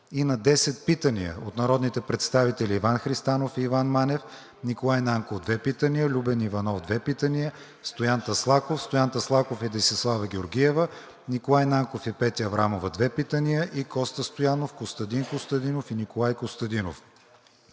и на 10 питания от народните представители Иван Христанов и Иван Манев; Николай Нанков – две питания; Любен Иванов – две питания; Стоян Таслаков и Десислава Георгиева; Николай Нанков и Петя Аврамова – две питания, и Коста Стоянов, Костадин Костадинов и Николай Костадинов;